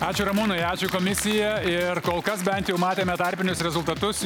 ačiū ramūnui ačiū komisija ir kol kas bent jau matėme tarpinius rezultatus